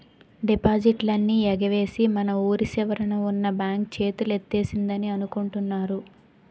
డిపాజిట్లన్నీ ఎగవేసి మన వూరి చివరన ఉన్న బాంక్ చేతులెత్తేసిందని అనుకుంటున్నారు